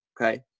Okay